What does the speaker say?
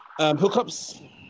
Hookups